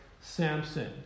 Samson